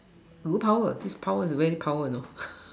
overpower this power is very power you know